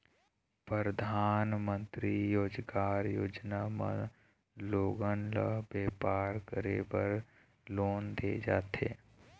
परधानमंतरी रोजगार योजना म लोगन ल बेपार करे बर लोन दे जाथे